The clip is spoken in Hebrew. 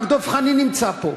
רק דב חנין נמצא פה.